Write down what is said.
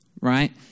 Right